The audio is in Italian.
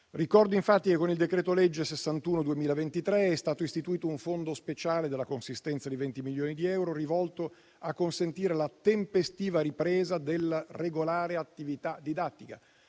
Ricordo, infatti, che con il decreto-legge n. 61 del 2023 è stato istituito un fondo speciale, della consistenza di 20 milioni di euro, rivolto a consentire la tempestiva ripresa della regolare attività didattica